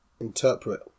Interpret